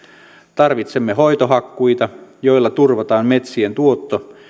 tarvitsemme hoitohakkuita joilla turvataan metsien tuotto